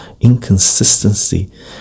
inconsistency